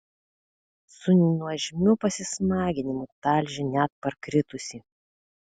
su nuožmiu pasismaginimu talžė net parkritusį